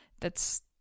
that's-